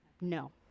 No